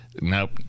Nope